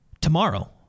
tomorrow